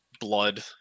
blood